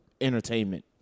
entertainment